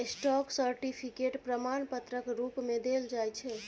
stock certificate प्रमाण पत्रक रुप मे देल जाइ छै